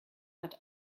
hat